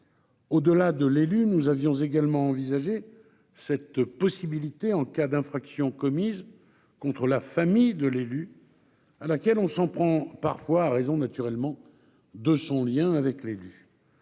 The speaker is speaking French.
Au-delà de l'élu, nous avions également envisagé une telle possibilité en cas d'infraction commise contre sa famille, à laquelle on s'en prend parfois en raison de son lien avec l'élu.